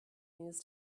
news